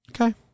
Okay